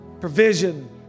provision